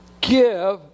give